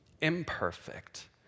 Imperfect